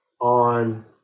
on